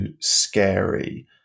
scary